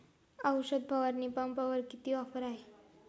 औषध फवारणी पंपावर किती ऑफर आहे?